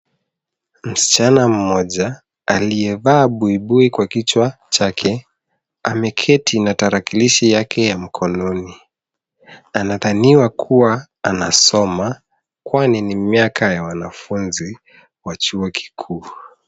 Msichana mmoja aliyevaa buibui kwa kichwa chake ameketi na tarakilishi yake ya mkononi. Anadhani wa kuwa anasoma kwani ni miaka ya wanafunzi wa chuo kikuu.